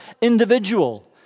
individual